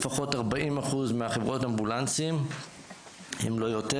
לפחות 40% מחברות האמבולנסים אם לא יותר,